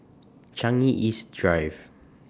Changi East Drive